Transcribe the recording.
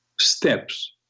steps